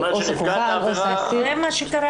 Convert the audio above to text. עו"ס --- זאת אומרת שנפגעת העבירה --- זה מה שקרה